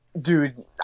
Dude